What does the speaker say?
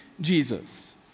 Jesus